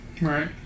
right